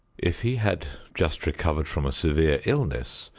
if he had just recovered from a severe illness,